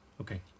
Okay